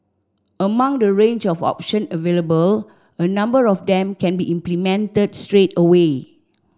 among the range of options available a number of them can be implemented straight away